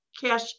cash